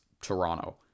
Toronto